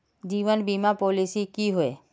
जीवन बीमा पॉलिसी की होय?